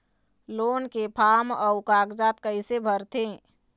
Loan के form अऊ कागजात कइसे भरथें?